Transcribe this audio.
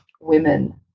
women